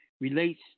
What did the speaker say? relates